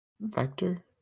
Vector